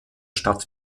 stadt